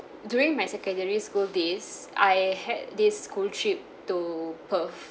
during my secondary school days I had this school trip to perth